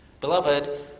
Beloved